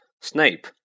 Snape